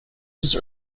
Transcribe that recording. his